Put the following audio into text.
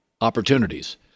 opportunities